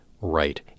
right